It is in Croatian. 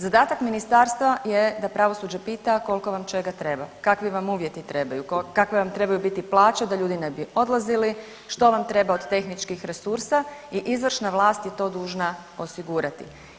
Zadatak Ministarstva je da pravosuđe pita koliko vam čega treba, kakvim vam uvjeti trebaju, kakve vam trebaju biti plaće da ljudi ne bi odlazili, što vam treba od tehničkih resursa i izvršna vlast je to dužna osigurati.